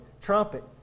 trumpet